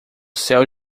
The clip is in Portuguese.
céu